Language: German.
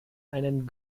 einen